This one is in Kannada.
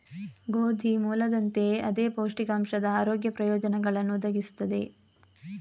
ಗೋಧಿ ಮೂಲದಂತೆಯೇ ಅದೇ ಪೌಷ್ಟಿಕಾಂಶದ ಆರೋಗ್ಯ ಪ್ರಯೋಜನಗಳನ್ನು ಒದಗಿಸುತ್ತದೆ